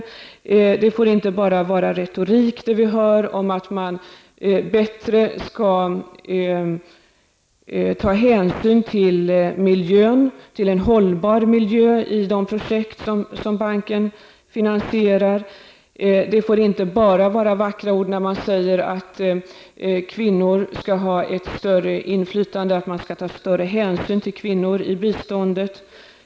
Det vi hör får inte vara bara retorik om att man bättre skall ta hänsyn till miljön, till en hållbar miljö, i de projekt som banken finansierar. Det får inte vara bara vackra ord när man säger att kvinnor skall ha ett större inflytande och att man skall ta större hänsyn till kvinnor i biståndet.